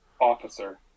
officer